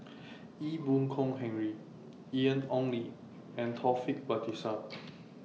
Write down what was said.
Ee Boon Kong Henry Ian Ong Li and Taufik Batisah